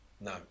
No